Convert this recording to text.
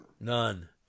None